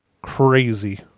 crazy